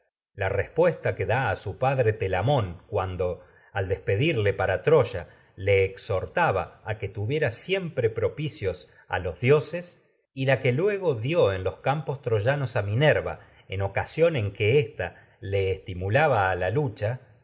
la a su puesta que da padre telamón cuando al des exhortaba a pedirle para troya le a que tuviera siempre dió sión en propicios campos los dioses a y la que en luego oca los troyanos minerva a en que ésta le estimulaba